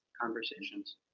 conversations